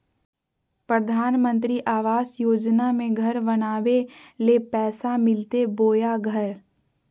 प्रधानमंत्री आवास योजना में घर बनावे ले पैसा मिलते बोया घर?